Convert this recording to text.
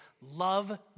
love